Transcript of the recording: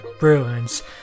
Ruins